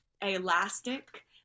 elastic